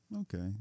okay